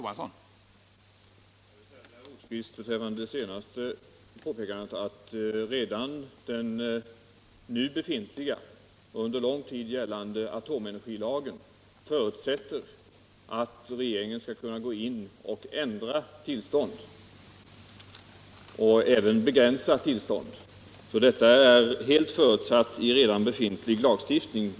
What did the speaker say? Herr talman! Även den sedan lång tid gällande atomenergilagen förutsätter att regeringen skall kunna gå in och ändra eller begränsa tillstånd. Detta är alltså förutsatt redan tidigare.